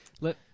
Let